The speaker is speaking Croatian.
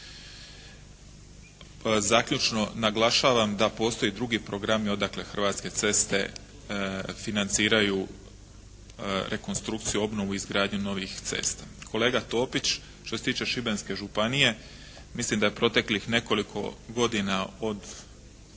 Zaključno naglašavam da postoje drugi programi odakle Hrvatske ceste financiraju rekonstrukciju, obnovu i izgradnju novih cesta. Kolega Topić, što se tiče Šibenske županije. Mislim da je proteklih nekoliko godina od